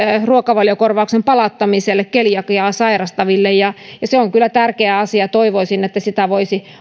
ruokavaliokorvauksen palauttamiselle keliakiaa sairastaville se on kyllä tärkeä asia ja toivoisin että sitä voisi